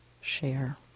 share